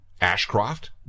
Ashcroft